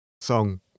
song